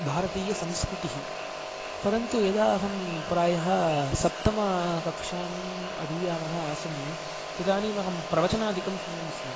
भारतीयसंस्कृति परन्तु यदा अहं प्रायः सप्तमकक्षाम् अधीयानः आसं तदानीम् अहं प्रवचनादिकं श्रुणोमि स्म